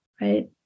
right